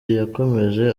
yakomeje